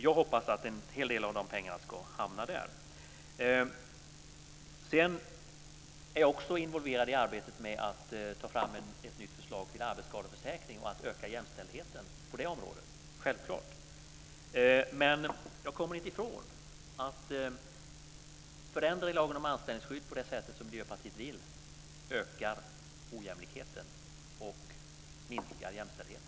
Jag hoppas att en hel del av de pengarna ska hamna där. Jag är också involverad i arbetet med att ta fram ett nytt förslag till arbetsskadeförsäkring och att öka jämställdheten på det området. Det är självklart. Men jag kommer inte ifrån att sådana förändringar i lagen om anställningsskydd som Miljöpartiet vill göra ökar ojämlikheten och minskar jämställdheten.